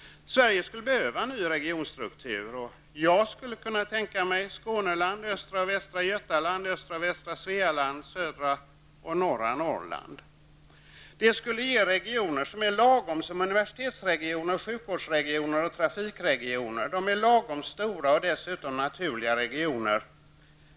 Sverige skulle behöva en ny regionstruktur. Själv skulle jag kunna tänka mig Skåneland, östra och västra Götaland, östra och västra Svealand samt södra och norra Norrland. Dessa regioner är lagom stora som universitetsregioner, sjukvårdsregioner och trafikregioner. De är lagom stora och dessutom naturliga regioner.